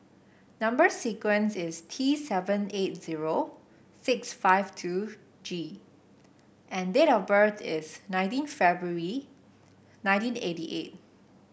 number sequence is T seven eight zero six five two G and date of birth is nineteen February nineteen eighty eight